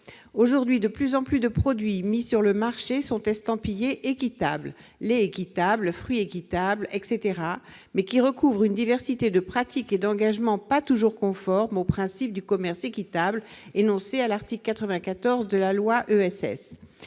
Aujourd'hui, de plus en plus de produits mis sur le marché sont estampillés « équitables »- lait équitable, fruits équitables, etc. -, mais ils recouvrent une diversité de pratiques et d'engagements pas toujours conformes aux principes du commerce équitable énoncés à l'article 94 de la loi du